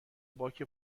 باک